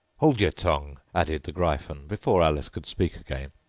hold your tongue added the gryphon, before alice could speak again.